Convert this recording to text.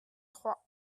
trois